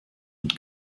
und